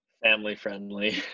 Family-friendly